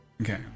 Okay